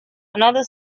another